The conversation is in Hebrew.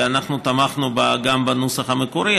ואנחנו תמכנו בה גם בנוסח המקורי,